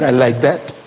ah like that.